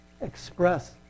express